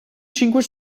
cinque